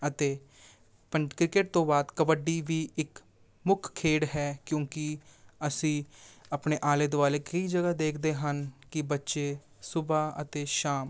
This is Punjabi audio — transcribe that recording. ਅਤੇ ਪੰ ਕ੍ਰਿਕੇਟ ਤੋਂ ਬਾਅਦ ਕਬੱਡੀ ਵੀ ਇੱਕ ਮੁੱਖ ਖੇਡ ਹੈ ਕਿਉਂਕਿ ਅਸੀਂ ਆਪਣੇ ਆਲ਼ੇ ਦੁਆਲ਼ੇ ਕਈ ਜਗ੍ਹਾ ਦੇਖਦੇ ਹਨ ਕਿ ਬੱਚੇ ਸੁਬਾ ਅਤੇ ਸ਼ਾਮ